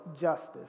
justice